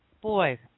Boy